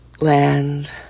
land